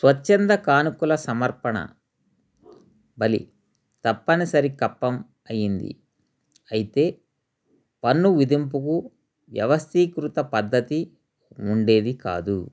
స్వచ్ఛంద కానుకల సమర్పణ బలి తప్పనిసరి కప్పం అయింది అయితే పన్ను విధింపుకు వ్యవస్థీకృత పద్దతి ఉండేది కాదు